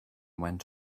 went